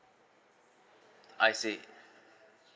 I see